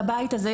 לבית הזה,